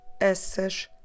essas